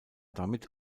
damit